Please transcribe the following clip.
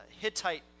Hittite